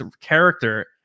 character